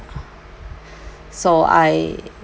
so I